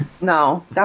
No